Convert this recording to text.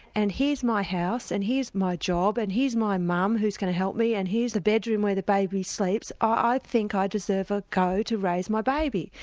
and here's my house, and here's my job, and here's my mum who's going to help me, and here's the bedroom where the baby sleeps. i think i deserve a go to raise my baby.